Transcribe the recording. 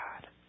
God